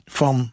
van